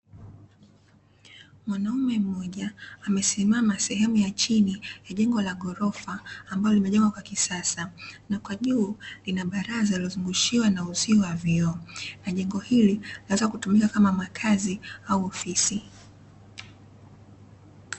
Mwanaume mmoja amesimama sehemu ya chini ya jengo la ghorofa, ambalo limejengwa kwa kisasa, na kwa juu lina baraza lililozungushiwa na uzio wa vioo, na jengo hili linaweza kutumika kama makazi au ofisi.